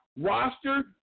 roster